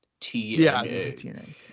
TNA